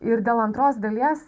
ir dėl antros dalies